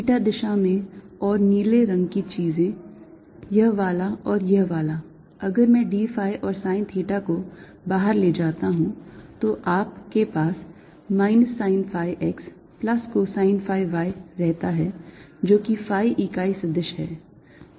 theta दिशा में और नीले रंग की चीजों यह वाला और यह वाला अगर मैं d phi और sine theta को बाहर ले जाता हूं तो आप के पास minus sine phi x plus cosine phi y रहता है जो कि phi इकाई सदिश है